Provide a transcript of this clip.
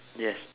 yes